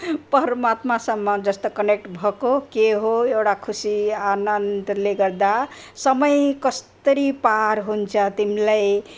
परमात्मासम्म जस्तो कनेक्ट भएको के हो एउटा खुसी आनन्दले गर्दा समय कस्तरी पार हुन्छ तिमीलाई